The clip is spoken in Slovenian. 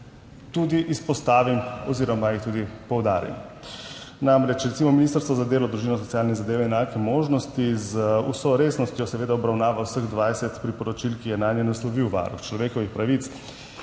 tudi izpostavim oziroma jih tudi poudarim. Namreč, recimo, Ministrstvo za delo, družino, socialne zadeve in enake možnosti z vso resnostjo seveda obravnava vseh 20 priporočil, ki jih je nanje naslovil Varuh človekovih pravic.